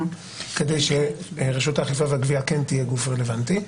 כדי שרשות האכיפה והגבייה כן תהיה גוף רלוונטי.